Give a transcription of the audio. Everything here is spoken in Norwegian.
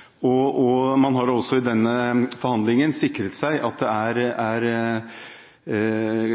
fra FN. Man har også i denne behandlingen sikret seg